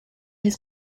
his